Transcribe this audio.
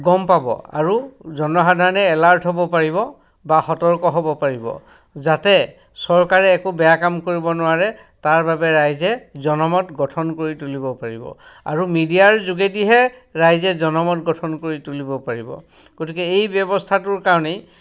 গম পাব আৰু জনসাধাৰণে এলাৰ্ট হ'ব পাৰিব বা সতৰ্ক হ'ব পাৰিব যাতে চৰকাৰে একো বেয়া কাম কৰিব নোৱাৰে তাৰবাবে ৰাইজে জনমত গঠন কৰি তুলিব পাৰিব আৰু মিডিয়াৰ যোগেদিহে ৰাইজে জনমত গঠন কৰি তুলিব পাৰিব গতিকে এই ব্যৱস্থাটোৰ কাৰণেই